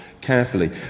carefully